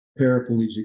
paraplegic